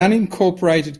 unincorporated